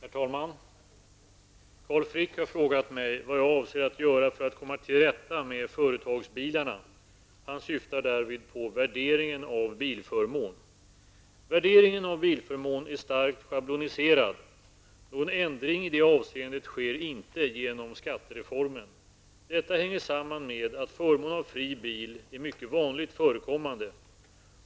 Herr talman! Carl Frick har frågat mig vad jag avser att göra för att komma till rätta med företagsbilarna. Han syftar därvid på värderingen av bilförmån. Värderingen av bilförmån är starkt schabloniserad. Någon ändring i det avseendet sker inte genom skattereformen. Detta hänger samman med att förmån av fri bil är mycket vanligt förekommande.